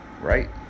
Right